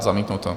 Zamítnuto.